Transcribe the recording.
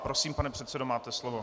Prosím, pane předsedo, máte slovo.